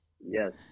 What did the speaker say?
Yes